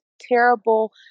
terrible